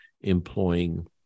employing